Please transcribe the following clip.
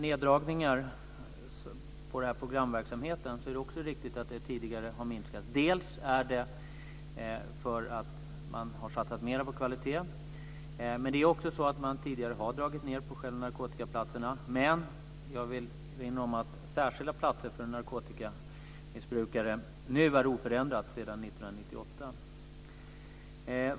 När det gäller programverksamheten är det riktigt att den tidigare har minskat, delvis för att man har satsat mer på kvalitet. Men man har också tidigare dragit ned på narkotikaplatserna. Men jag vill erinra om att antalet särskilda platser för narkotikamissbrukare nu är oförändrat sedan 1998.